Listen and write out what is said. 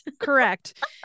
correct